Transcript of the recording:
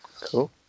Cool